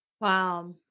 Wow